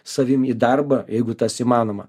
savim į darbą jeigu tas įmanoma